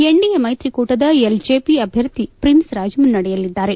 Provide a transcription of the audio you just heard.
NDA ಮೈತ್ರಿ ಕೂಟದ LJP ಅಭ್ಯರ್ಥಿ ಪ್ರಿನ್ಸ್ರಾಜ್ ಮುನ್ನಡೆಯಲ್ಲಿದ್ದಾರೆ